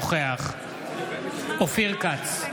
אינו נוכח אופיר כץ,